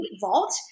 vault